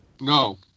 No